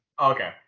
Okay